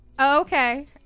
okay